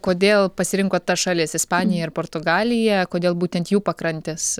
kodėl pasirinkot tas šalis ispaniją ir portugaliją kodėl būtent jų pakrantės